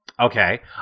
Okay